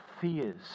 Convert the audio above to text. fears